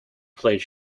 played